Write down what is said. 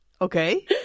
Okay